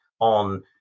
on